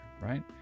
right